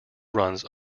runs